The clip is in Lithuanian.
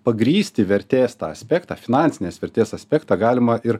pagrįsti vertės tą aspektą finansinės vertės aspektą galima ir